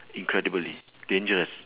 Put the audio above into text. incredibly dangerous